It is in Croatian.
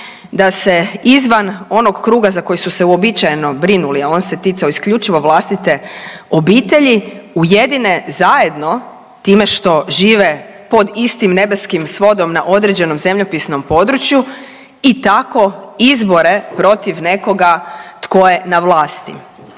da se izvan onog kruga za koje su se uobičajeno brinuli, a on se ticao isključivo vlastite obitelji ujedine zajedno time što žive pod istim nebeskim svodom na određenom zemljopisnom području i tako izbore protiv nekoga tko je na vlasti.